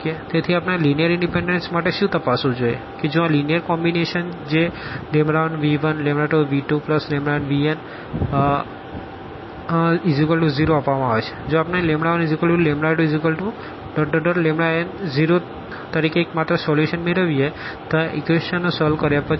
તેથી આપણે આ લીનીઅર ઇનડીપેનડન્સ માટે શું તપાસવું જોઈએ કે જો આ લીનીઅર કોમ્બીનેશન જે 1v12v2nvn0 આપવામાં આવે છે જો આપણે 12n0તરીકે એકમાત્ર સોલ્યુશન મેળવીએ તો આ ઇક્વેશન નો સોલ્વ કર્યા પછી